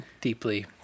deeply